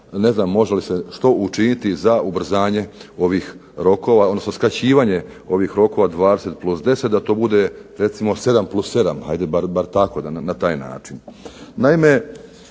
ne znam može li se što učinit za ubrzanje ovih rokova odnosno za skraćivanje ovih rokova 20 +10 recimo da to bude 7 + 7 bar tako na taj način.